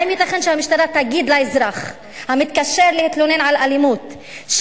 תגיד לאזרח המתקשר להתלונן על אלימות: